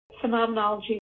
Phenomenology